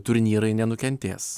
turnyrai nenukentės